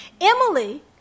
Emily